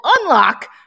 unlock